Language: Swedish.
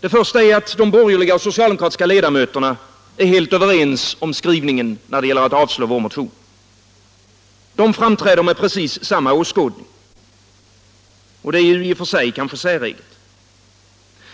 Det första är att de borgerliga och socialdemokratiska ledamöterna är helt överens om skrivningen när det gäller att avslå vår motion. De framträder med precis samma åskådning. Det är i och för sig kanske säreget.